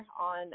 on